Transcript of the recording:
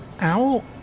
Owl